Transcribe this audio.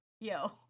yo